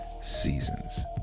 seasons